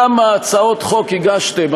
כמה הצעות חוק הגשתם,